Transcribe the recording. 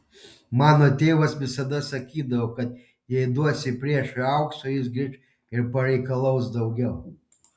mano tėvas visada sakydavo kad jei duosi priešui aukso jis grįš ir pareikalaus daugiau